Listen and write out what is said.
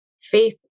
faith